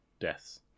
deaths